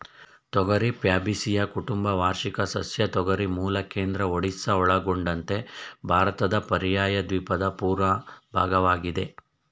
ತೊಗರಿ ಫ್ಯಾಬೇಸಿಯಿ ಕುಟುಂಬದ ವಾರ್ಷಿಕ ಸಸ್ಯ ತೊಗರಿ ಮೂಲ ಕೇಂದ್ರ ಒಡಿಶಾ ಒಳಗೊಂಡಂತೆ ಭಾರತದ ಪರ್ಯಾಯದ್ವೀಪದ ಪೂರ್ವ ಭಾಗವಾಗಿದೆ